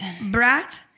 brat